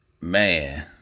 man